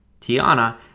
Tiana